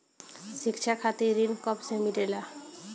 शिक्षा खातिर ऋण कब से मिलेला?